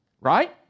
right